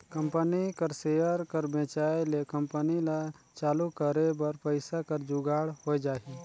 company कर share कर बेंचाए ले कंपनी ल चालू करे बर पइसा कर जुगाड़ होए जाही